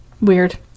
Weird